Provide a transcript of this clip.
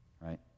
Right